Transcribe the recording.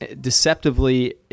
deceptively